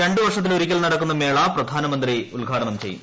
രണ്ടു വർഷത്തിലൊരിക്കൽ നടക്കുന്ന മേള പ്രധാനമന്ത്രി ഉദ്ഘാടനം ചെയ്യും